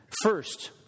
First